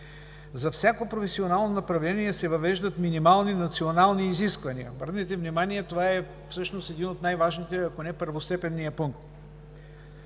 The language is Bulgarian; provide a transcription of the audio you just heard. За всяко професионално направление се въвеждат минимални национални изисквания. Обърнете внимание, това е всъщност един от най-важните, ако не първостепенният пункт,